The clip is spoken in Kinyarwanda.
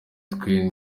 twe